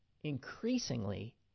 increasingly